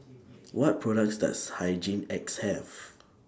What products Does Hygin X Have